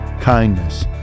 kindness